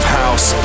house